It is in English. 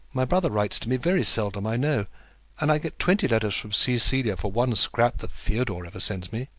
my brother writes to me very seldom, i know and i get twenty letters from cecilia for one scrap that theodore ever sends me.